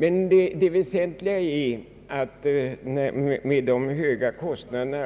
Med hänsyn till att socialvården drar höga kostnader